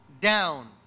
down